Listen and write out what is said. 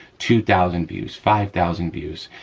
two thousand views, five thousand views,